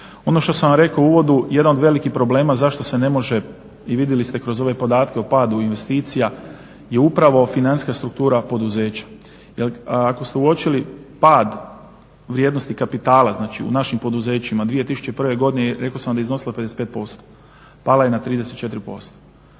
Ono što sam vam rekao u uvodu jedan od velikih problema zašto se ne može i vidjeli ste kroz ove podatke o padu investicija je upravo financijska struktura poduzeća. Jer ako ste uočili pad vrijednosti kapitala, znači u našim poduzećima 2001. godine rekao sam vam da je iznosilo 55%. Pala je na 34%.